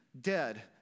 dead